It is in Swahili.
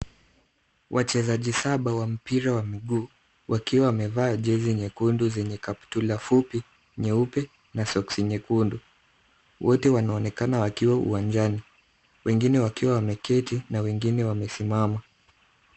Wachezaji saba wa mpira wa miguu wakiwa wamevaa jezi nyekundu zenye kaptula fupi, nyeupe na soksi nyekundu. Wote wanaonekana wakiwa uwanjani. Wengine wakiwa wameketi na wengine wakiwa wamesimama.